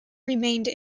remained